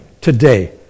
today